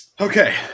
Okay